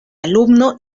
alumno